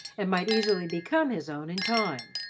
and might easily become his own in time,